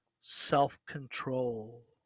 self-control